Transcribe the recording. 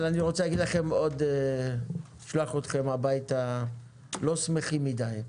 אני רוצה לשלוח אתכם הביתה לא שמחים מדי.